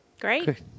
Great